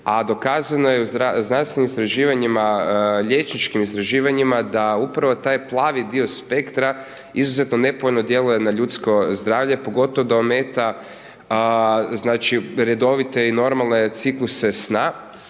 dokazano je u znanstvenim istraživanjima, liječničkim istraživanjima da upravo taj plavi dio spektra izrazito nepovoljno djeluje na ljudsko zdravlje, pogotovo da ometa znači redovite i normalne cikluse sna.